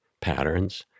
patterns